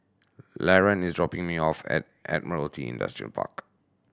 Laron is dropping me off at at Admiralty Industrial Park